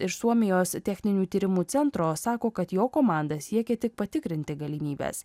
iš suomijos techninių tyrimų centro sako kad jo komanda siekia tik patikrinti galimybes